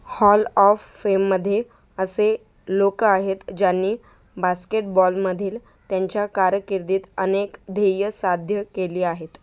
hall of फेममध्ये असे लोकं आहेत ज्यांनी बास्केट बॉलमधील त्यांच्या कारकिर्दीत अनेक ध्येय साध्य केली आहेत